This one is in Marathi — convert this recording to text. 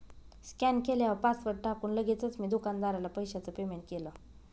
स्कॅन केल्यावर पासवर्ड टाकून लगेचच मी दुकानदाराला पैशाचं पेमेंट केलं